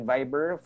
Viber